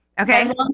Okay